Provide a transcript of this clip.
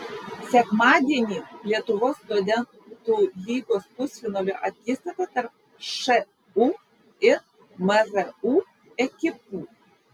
sekmadienį lietuvos studentų lygos pusfinalio akistata tarp šu ir mru ekipų